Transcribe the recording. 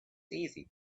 easy